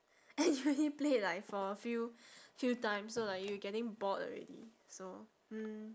actually played like for a few few times so like you getting bored already so hmm